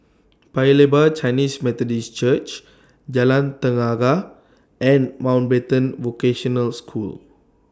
Paya Lebar Chinese Methodist Church Jalan Tenaga and Mountbatten Vocational School